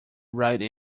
ride